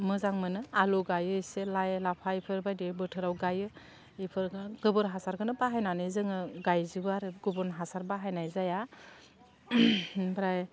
मोजां मोनो आलु गायो एसे लाइ लाफा बेफोर बायदि बोथोराव गायो बेफोरखौ गोबोर हासारखौनो बाहायनानै जोङो गायजोबो आरो गुबुन हासार बाहानाय जाया ओमफ्राय